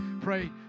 pray